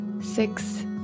six